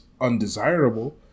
Undesirable